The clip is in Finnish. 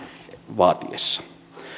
vaatiessa